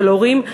של הורים,